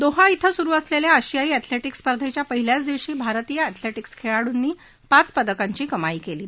Doha असुरु असलच्या आशियाई एथलटिक्स स्पर्धेच्या पहिल्याच दिवशी भारतीय एथलटिक्स खळीडूंनी पाच पदकांची कमाई क्वी